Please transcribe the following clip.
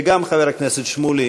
וגם חבר הכנסת שמולי,